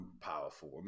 powerful